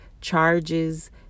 charges